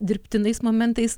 dirbtinais momentais